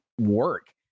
work